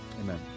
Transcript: Amen